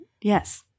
Yes